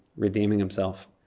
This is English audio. redeeming himself.